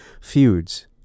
feuds